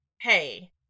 hey